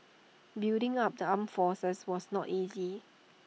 building up the armed forces was not easy